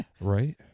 right